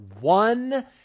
one